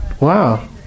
Wow